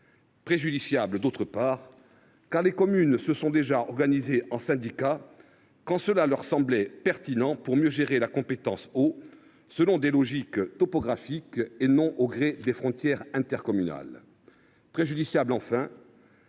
préjudiciable, ensuite, parce que les communes se sont déjà organisées en syndicats, quand cela leur semblait pertinent, pour gérer au mieux la compétence « eau » selon des logiques topographiques, et non au gré des frontières intercommunales.